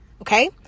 Okay